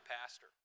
pastor